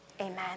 Amen